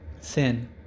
sin